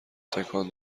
تکان